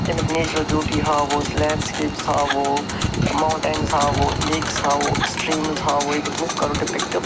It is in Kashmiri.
اَمیُک نیچرَل بیٛوٗٹی ہاوو أسۍ لینڈ سِکیپٕس ہاوو مواٹینٕز ہاوو لیکٕس ہاوو سِٹریٖمٕز ہاوو ییٚتیُک لُک کَرو ڈِپِکٹہٕ